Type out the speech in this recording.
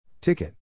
Ticket